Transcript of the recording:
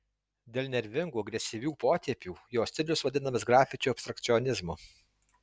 dėl nervingų agresyvių potėpių jo stilius vadinamas grafičių abstrakcionizmu